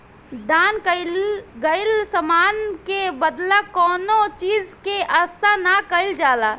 दान कईल गईल समान के बदला कौनो चीज के आसा ना कईल जाला